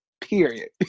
Period